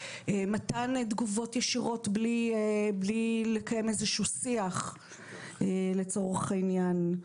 מתן תגובות ישירות בלי לקיים איזשהו שיח לצורך העניין.